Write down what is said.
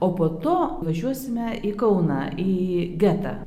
o po to važiuosime į kauną į getą